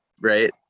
Right